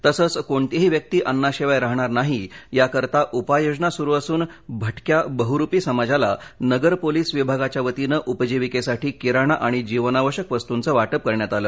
तसंच कोणतीही व्यक्ती अन्नाशिवाय राहणार नाही याकरता उपाययोजना सुरू असून भटक्या बहरूपी समाजाला नगर पोलीस विभागाच्यावतीनं उपजीविकेसाठी किराणा आणि जीवनावश्यक वस्तुचं वाटप करण्यात आलं